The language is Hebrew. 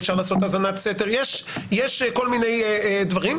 אי אפשר לעשות האזנת סתר יש כל מיני דברים.